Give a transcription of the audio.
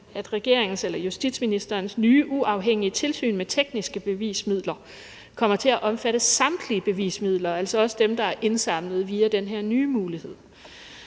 også helst have, at justitsministerens nye uafhængige tilsyn med tekniske bevismidler kommer til at omfatte samtlige bevismidler, altså også dem, der er indsamlet via den her nye mulighed.